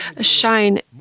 shine